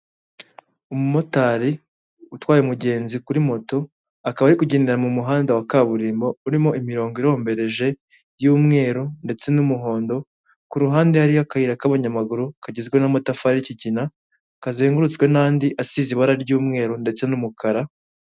Umumotari utwaye umugenzi kuri moto akaba ari kugendera mu muhanda wa kaburimbo, urimo imirongo irombereje y'umweru ndetse n'umuhondo, ku ruhande hari akayira k'abanyamaguru kagizwe n'amatafari kigina kazengurutswe n'andi asize ibara ry'umweru ndetse n'umukara.